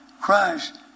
Christ